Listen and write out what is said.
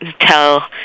tell